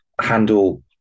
handle